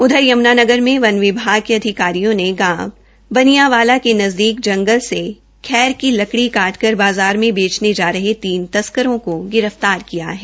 उधर यम्नानगर में वन विभाग के अधिकारियों ने गांव वानिया बनियावाला के नज़दीक जंगल से खैर की लकड़ी काटकर बाज़ार में बेचने जा रहे तीन तस्करों को गिरफ्तार किया है